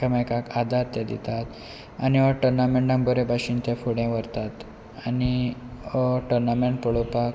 एकांमेकांक आदार ते दितात आनी हो टोर्नामेंटान बरे भाशेन ते फुडें व्हरतात आनी हो टोर्नामेंट पळोवपाक